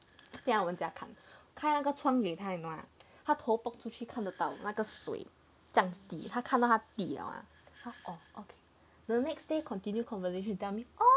进来我们家看她看开那个窗给她看你懂吗她的头 pok 出去看得到那个水这样滴他看到它滴了吗她 orh okay the next day continue conversation you tell me